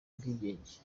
ubwigenge